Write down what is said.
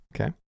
Okay